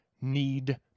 need